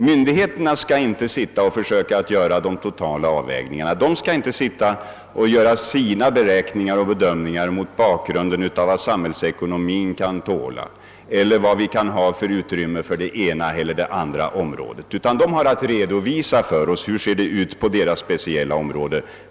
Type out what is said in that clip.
Myndigheterna skall inte försöka göra de totala avvägningarna eller göra sina beräkningar och bedömningar mot bakgrunden av vad samhällsekonomin kan tåla eller vad vi kan ha utrymme för beträffande det ena eller andra området. De har att redovisa för oss hur det ser ut på deras speciella område.